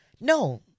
No